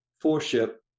four-ship